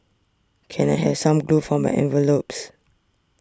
can I have some glue for my envelopes